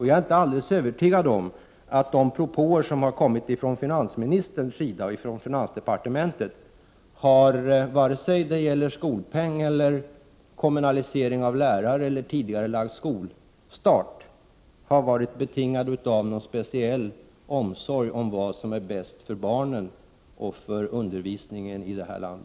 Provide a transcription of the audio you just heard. Jag är inte alldeles övertygad om att de propåer som kommit från finansdepartementet, vare sig det har gällt skolpeng, kommunalisering av lärare eller tidigarelagd skolstart, har varit betingade av någon speciell omsorg om vad som är bäst för barnen och undervisningen i vårt land.